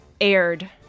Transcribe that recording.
aired